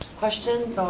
questions,